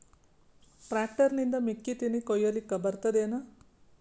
Tractor ನಿಂದ ಮೆಕ್ಕಿತೆನಿ ಕೊಯ್ಯಲಿಕ್ ಬರತದೆನ?